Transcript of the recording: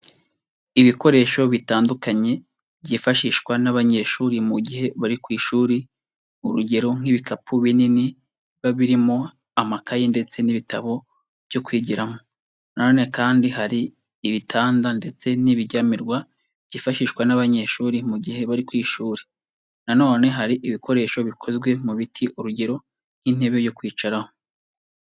Ibikoresho bitandukanye byifashishwa n'abanyeshuri mu gihe bari ku ishuri, urugero nk'ibikapu binini biba birimo amakaye ndetse n'ibitabo byo kwigiramo, nonene kandi, hari ibitanda ndetse n'ibiryamirwa byifashishwa n'abanyeshuri mu gihe bari ku ishuri, nanone hari ibikoresho bikozwe mu biti, urugero nk'intebe yo kwicaraho.